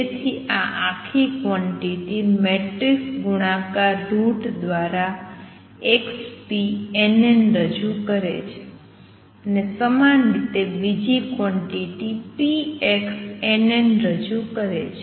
તેથી આ આખી ક્વોંટીટી મેટ્રિક્સ ગુણાકાર રુટ દ્વારા nn રજૂ કરે છે અને સમાન રીતે બીજી ક્વોંટીટી nn રજૂ કરે છે